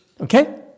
Okay